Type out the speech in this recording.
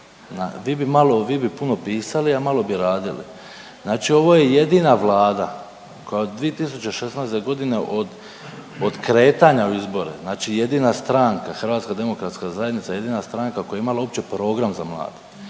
Vi bi puno pisali, a malo bi radili. Znači ovo je jedina Vlada koja je od 2016. godine od kretanja u izbore, znači jedina stranka, Hrvatska demokratska zajednica jedina stranka koja je imala uopće program za mlade,